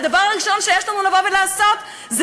הדבר הראשון שיש לנו לבוא ולעשות זה